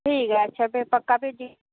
ठीक ऐ अच्छा फिर पक्का भेजी ओड़ेओ